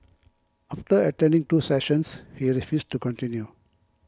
after attending two sessions he refused to continue